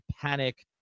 panic